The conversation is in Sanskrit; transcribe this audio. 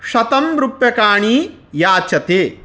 शतं रूप्यकाणि याचते